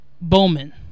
Bowman